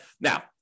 Now